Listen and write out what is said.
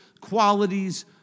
qualities